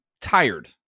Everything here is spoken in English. tired